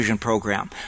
program